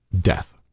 death